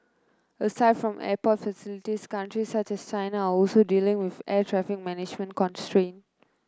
aside from airport facilities countries such as China are also dealing with air traffic management constraint